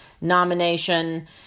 nomination